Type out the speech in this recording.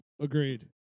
agreed